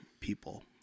people